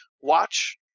watch